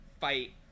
fight